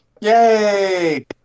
Yay